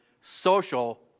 social